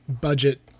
budget